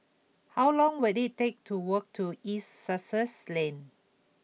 how long will it take to walk to East Sussex Lane